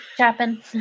Chapin